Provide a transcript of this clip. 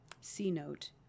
C-Note